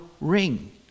ring